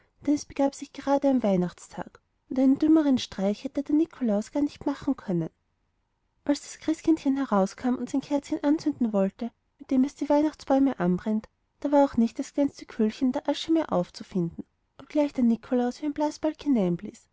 es begab sich grade am weihnachtstag und einen dümmeren streich hätte der nikolaus gar nicht machen können als das christkindchen herauskam und sein kerzchen anzünden wollte mit dem es die weihnachtsbäume anbrennt da war auch nicht das kleinste köhlchen in der asche mehr aufzufinden obgleich der nikolaus wie ein blasebalg